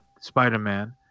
Spider-Man